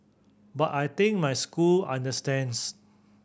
but I think my school understands